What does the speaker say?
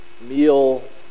meal